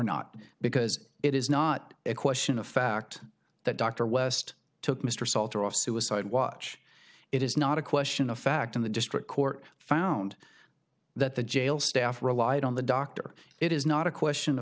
not because it is not a question of fact that dr west took mr salter off suicide watch it is not a question of fact in the district court found that the jail staff relied on the doctor it is not a question